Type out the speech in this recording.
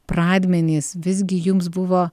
pradmenys visgi jums buvo